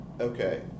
Okay